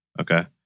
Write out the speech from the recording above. Okay